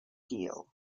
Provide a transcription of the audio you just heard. deal